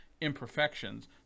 imperfections